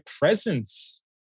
presence